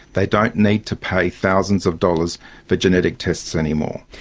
they don't need to pay thousands of dollars for genetic tests anymore.